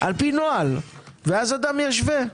לפי נוהל ואז אדם ישווה.